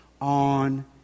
on